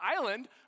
island